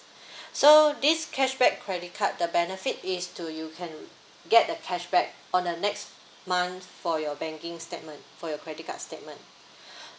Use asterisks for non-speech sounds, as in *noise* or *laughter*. *breath* so this cashback credit card the benefit is to you can get the cashback on the next month for your banking statement for your credit card statement *breath*